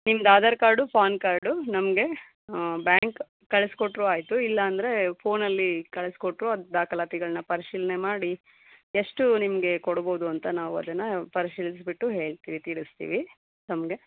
ನಿಮ್ದು Aadhaar card phone card ನಮಗೆ bank ಕಳ್ಸಿಕೊಟ್ರೂ ಆಯಿತು ಇಲ್ಲಾಂದರೆ ಫೋನಲ್ಲಿ ಕಳ್ಸಿಕೊಟ್ರೂ ಅದು ದಾಖಲಾತಿಗಳನ್ನ ಪರಿಶೀಲನೆ ಮಾಡಿ ಎಷ್ಟು ನಿಮಗೆ ಕೊಡ್ಬೋದು ಅಂತ ನಾವು ಅದನ್ನು ಪರಿಶೀಲಿಸಿಬಿಟ್ಟು ಹೇಳ್ತೀವಿ ತಿಳಿಸ್ತೀವಿ ತಮಗೆ